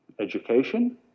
education